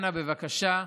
אנא, בבקשה,